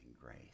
grace